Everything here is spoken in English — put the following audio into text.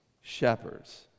shepherds